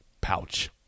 pouch